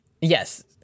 yes